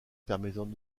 permettant